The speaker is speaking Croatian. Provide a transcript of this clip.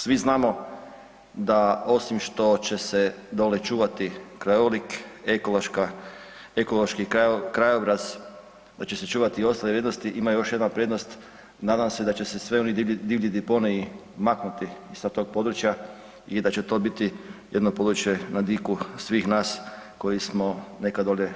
Svi znamo da osim što će se dolje čuvati krajolik, ekološki krajobraz da će se čuvati ostale vrijednosti, ima još jedna prednost nadam se da će se svi oni divlji deponiji maknuti sa tog područja i da će to biti jedno područje na diku svih nas koji smo nekad dole